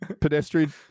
pedestrian